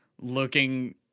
looking